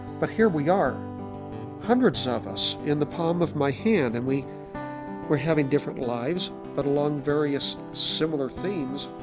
but here we are hundreds of us in the palm of my hand and we we're having different lives but along various similar themes